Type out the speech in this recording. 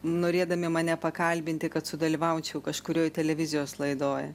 norėdami mane pakalbinti kad sudalyvaučiau kažkurioj televizijos laidoj